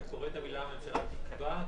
כשאתה אומר את המילים "הממשלה תקבע",